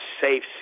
safe